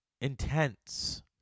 intense